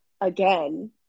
Again